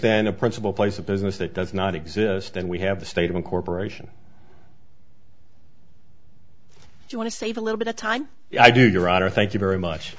then a principal place a business that does not exist and we have the state of incorporation you want to save a little bit of time i do your honor thank you very much